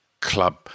club